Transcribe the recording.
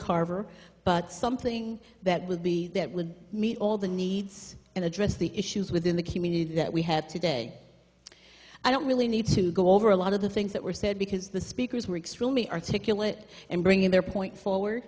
carver but something that would be that would meet all the needs and address the issues within the community that we had today i don't really need to go over a lot of the things that were said because the speakers were extremely articulate and bringing their point